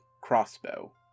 crossbow